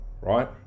right